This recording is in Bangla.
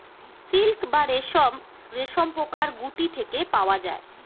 সিল্ক বা রেশম রেশমপোকার গুটি থেকে পাওয়া যায়